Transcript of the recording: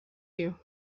you